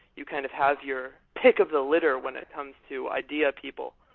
you kind of have your pick of the litter when it comes to idea people.